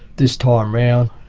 this time round,